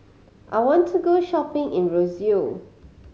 I want to go shopping in Roseau